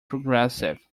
progressive